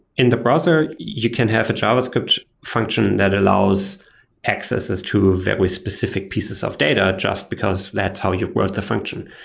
in the browser, you can have a javascript function that allows accesses to very specific pieces of data just because that's how you wrote the function.